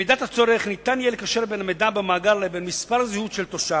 במידת הצורך יהיה אפשר לקשר בין המידע שבמאגר לבין מספר זהות של תושב,